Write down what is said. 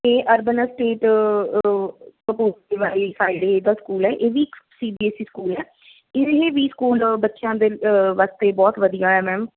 ਇਹ urban state ਕਪੂਰਥਲੇ ਵਾਲੀ ਸਾਈਡ ਇਹਦਾ ਸਕੂਲ ਹੈ ਇਹ ਵੀ C B S E school ਹੈ ਵੀ ਸਕੂਲ ਬੱਚਿਆਂ ਦੇ ਵਾਸਤੇ ਬਹੁਤ ਵਧੀਆ ਹੈ ਮੈਮ